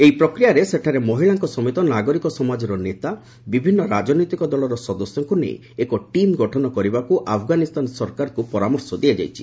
ଏହି ପ୍ରକ୍ରିୟାରେ ସେଠାରେ ମହିଳାଙ୍କ ସମେତ ନାଗରିକ ସମାଜର ନେତା ବିଭିନ୍ନ ରାଜନୈତିକ ଦଳର ସଦସ୍ୟଙ୍କୁ ନେଇ ଏକ ଟିମ୍ ଗଠନ କରିବାକୁ ଆଫଗାନିସ୍ଥାନ ସରକାରଙ୍କୁ ପରାମର୍ଶ ଦିଆଯାଇଛି